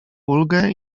ulgę